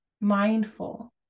mindful